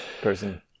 person